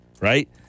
right